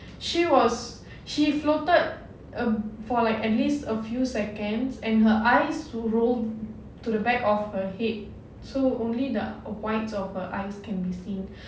she was she floated uh for like at least a few seconds and her eyes rolled to the back of her head so only the whites of her eyes can be seen